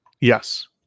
Yes